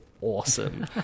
awesome